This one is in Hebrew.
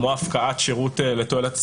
כמו הפקעת שירות לתועלת ציבור,